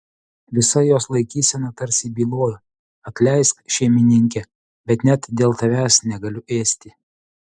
visa jos laikysena tarsi bylojo atleisk šeimininke bet net dėl tavęs negaliu ėsti